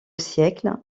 siècle